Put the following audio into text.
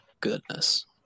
goodness